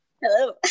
Hello